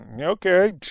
Okay